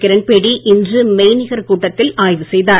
கிரண் பேடி இன்று மெய்நிகர் கூட்டத்தில் ஆய்வு செய்தார்